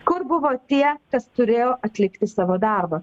kur buvo tie kas turėjo atlikti savo darbą